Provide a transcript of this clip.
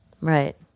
Right